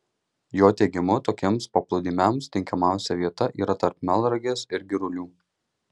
jo teigimu tokiems paplūdimiams tinkamiausia vieta yra tarp melnragės ir girulių